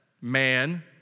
man